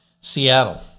Seattle